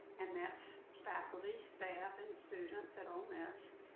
and that's faculty, staff, and students at ole miss,